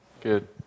Good